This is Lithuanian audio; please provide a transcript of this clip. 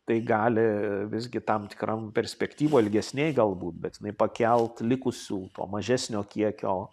tai gali visgi tam tikram perspektyvoj ilgesnėj galbūt bet jinai pakelt likusių to mažesnio kiekio